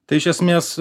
tai iš esmės